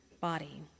body